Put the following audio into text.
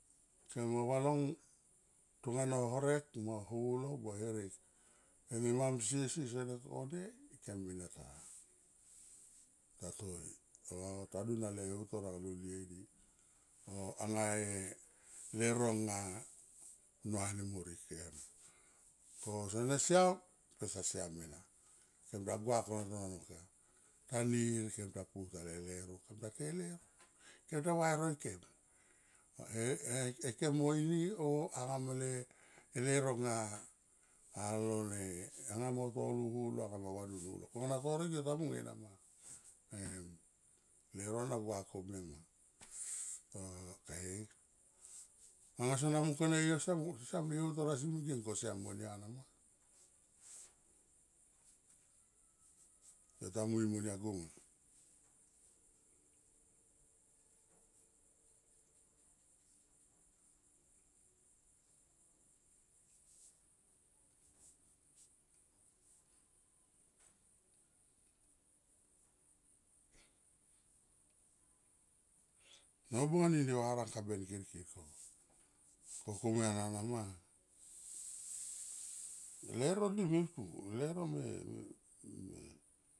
Kem me valong tona no horek mo holo va herek, nemamsie si sene konde kem ena ta, ta toi o ta dun ale heutor anga lulie di o anga e leuro nga nua ni morik, em ko sene siam, e sa siam ena kemta gua kona tani kem ta pu tale leuro kem ta te leuro kem, ta va e roikem aikem mo ini o anga mele leuro nga alo ne anga mo tolo holo, anga mo vadum holo kona torek yo ta mung ena ma em leuro na gua komia ma. Ok anga sona mung kone yo siam siam le heutor asi megen ko siam monia, nama yo ta mui monia goma. Nobung ani ne va rang kaben kirkir ko, ko komia nga nama leuro ni e matu leuro me.